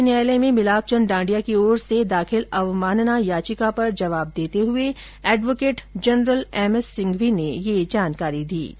उच्च न्यायालय में मिलापचंद डण्डिया की ओर से दाखिल अवमानना याचिका पर जवाब देते हुए एडवोकेट जनरल एमएस सिंघवी ने ये जानकारी दी